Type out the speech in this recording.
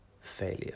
failure